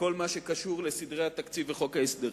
בכל מה שקשור לסדרי התקציב וחוק ההסדרים.